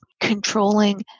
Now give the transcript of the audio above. controlling